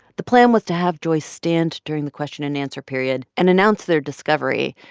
the plan was to have joy stand during the question and answer period and announce their discovery.